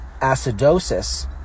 acidosis